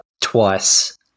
twice